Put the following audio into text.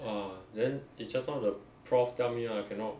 ah then is just now the prof tell me lah cannot